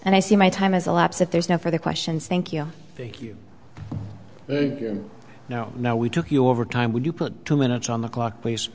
and i see my time as a lapse if there's no further questions thank you think you know now we took you over time would you put two minutes on the clock